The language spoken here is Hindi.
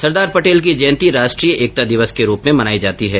सरदार पटेल की जयंती राष्ट्रीय एकता दिवस के रूप में मनाई जाती है